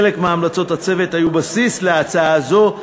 חלק מהמלצות הצוות היו בסיס להצעה זו.